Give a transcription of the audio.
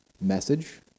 message